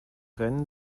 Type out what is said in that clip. rennen